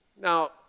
Now